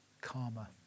karma